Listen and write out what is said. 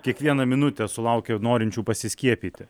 kiekvieną minutę sulaukia norinčių pasiskiepyti